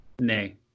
Nay